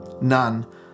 none